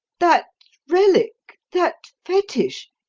that relic, that fetish!